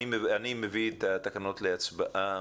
אני מביא את התקנות להצבעה.